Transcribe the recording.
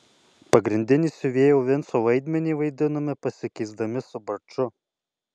pagrindinį siuvėjo vinco vaidmenį vaidinome pasikeisdami su barču